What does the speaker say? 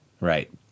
Right